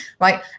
right